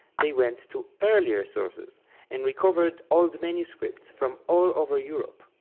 they went to earlier sources and recovered old manuscripts from all over europe.